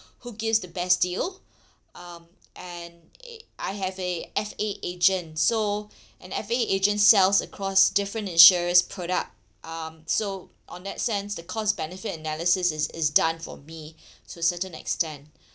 who gives the best deal um and I have a F_A agent so an F_A agent sells across different insurers product um so on that sense the cost benefit analysis is is done for me to a certain extent